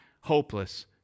hopeless